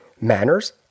manners